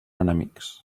enemics